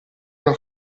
una